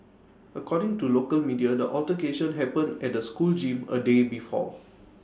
according to local media the altercation happened at the school gym A day before